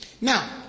Now